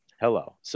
Hello